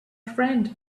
friend